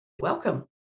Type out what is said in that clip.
welcome